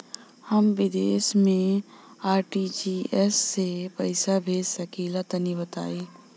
हम विदेस मे आर.टी.जी.एस से पईसा भेज सकिला तनि बताई?